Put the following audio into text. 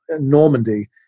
Normandy